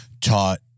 taught